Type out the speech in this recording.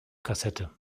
kassette